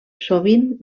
sovint